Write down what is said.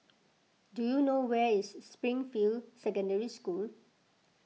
do you know where is Springfield Secondary School